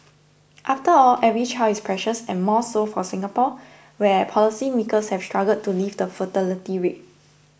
after all every child is precious and more so for Singapore where policymakers have struggled to lift the fertility rate